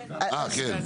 אה, כן.